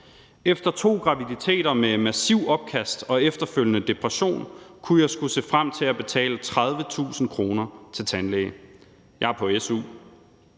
»Efter 2 graviditeter med massiv opkast og efterfølgende depression kunne jeg se frem til at betale 30.000 til tandlæge. Jeg er på SU.«